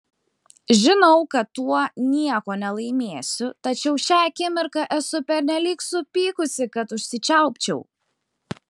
žinau kad tuo nieko nelaimėsiu tačiau šią akimirką esu pernelyg supykusi kad užsičiaupčiau